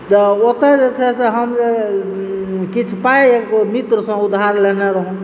तऽ ओतऽ जे छै से हम जे किछु पाइ एगो मित्रसंँ उधार लेने रहौ